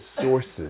sources